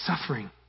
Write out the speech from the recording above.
suffering